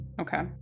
Okay